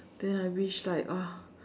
then I wish like !wah!